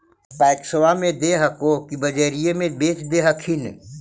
पैक्सबा मे दे हको की बजरिये मे बेच दे हखिन?